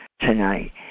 tonight